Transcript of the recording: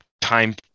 time